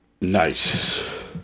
Nice